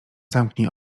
zamknij